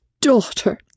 daughter